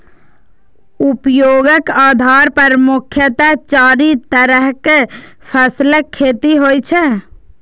उपयोगक आधार पर मुख्यतः चारि तरहक फसलक खेती होइ छै